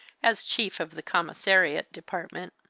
as chief of the commissariat department.